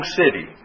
city